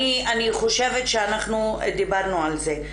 אני חושבת שאנחנו דיברנו על זה,